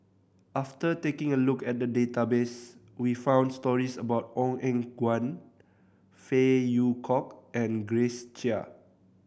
after taking a look at the database we found stories about Ong Eng Guan Phey Yew Kok and Grace Chia